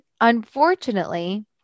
unfortunately